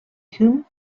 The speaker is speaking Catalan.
hume